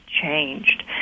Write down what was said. changed